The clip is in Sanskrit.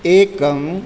एकम्